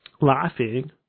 laughing